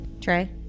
Trey